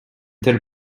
telle